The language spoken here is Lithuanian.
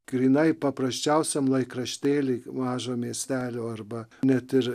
grynai paprasčiausiam laikraštėliui mažo miestelio arba net ir